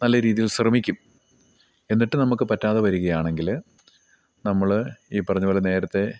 നല്ല രീതിയിൽ ശ്രമിക്കും എന്നിട്ട് നമുക്ക് പറ്റാതെ വരികയാണെങ്കിൽ നമ്മൾ ഈ പറഞ്ഞതു പോലെ നേരത്തേ